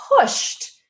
pushed